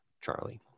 Charlie